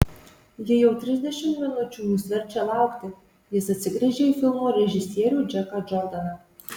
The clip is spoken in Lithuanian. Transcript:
ji jau trisdešimt minučių mus verčia laukti jis atsigręžė į filmo režisierių džeką džordaną